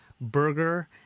Burger